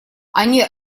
они